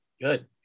Good